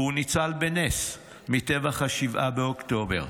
והוא ניצל בנס מטבח 7 באוקטובר.